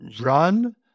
run